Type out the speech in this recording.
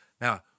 Now